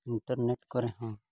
internet ᱠᱚᱨᱮ ᱦᱚᱸ